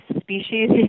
species